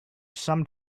some